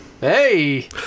hey